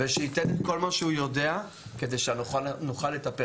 ושייתן את כל מה שהוא יודע כדי שנוכל לטפל.